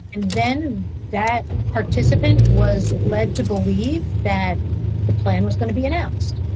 and then that participant was led to believe that the plan was going to be announced,